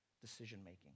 decision-making